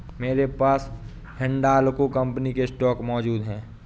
मेरे पास हिंडालको कंपनी के स्टॉक मौजूद है